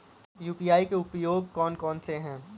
UPI के उपयोग कौन कौन से हैं?